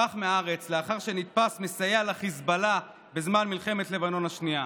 ברח מהארץ לאחר שנתפס מסייע לחיזבאללה בזמן מלחמת לבנון השנייה.